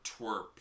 Twerp